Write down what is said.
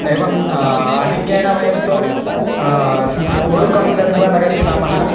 एवम् आधिक्येन वयं तु सुह् ऊरुकं गत्वा न गच्छामः